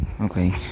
okay